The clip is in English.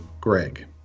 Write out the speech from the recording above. Greg